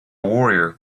warrior